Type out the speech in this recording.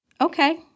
Okay